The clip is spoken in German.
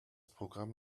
programm